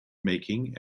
making